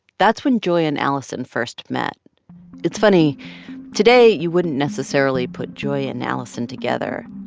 that's when joy and alison first met it's funny today, you wouldn't necessarily put joy and alison together.